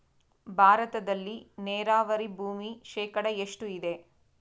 ಭಾರತದಲ್ಲಿ ನೇರಾವರಿ ಭೂಮಿ ಶೇಕಡ ಎಷ್ಟು ಇದೆ?